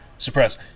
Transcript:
Suppress